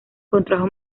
contrajo